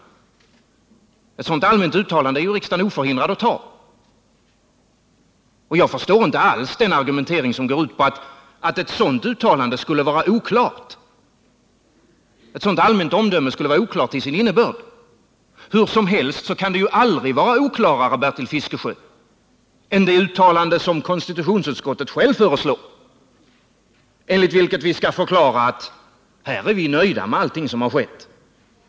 Riksdagen är ju oförhindrad att göra ett sådant allmänt uttalande. Jag förstår inte alls den argumentering som går ut på att ett sådant allmänt omdöme skulle vara oklart i sin innebörd. Hur som helst kan det aldrig vara mera oklart, Bertil Fiskesjö, än det uttalande som konstitutionsutskottet självt föreslår, enligt vilket vi skulle förklara att vi är nöjda med allt som har skett.